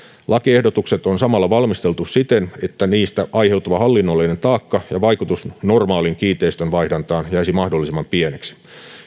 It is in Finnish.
lakiehdotukset on samalla valmisteltu siten että niistä aiheutuva hallinnollinen taakka ja vaikutus normaaliin kiinteistönvaihdantaan jäisi mahdollisimman pieneksi